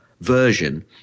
version